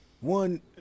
one